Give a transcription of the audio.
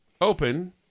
Open